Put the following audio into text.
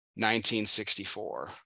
1964